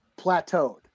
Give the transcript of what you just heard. plateaued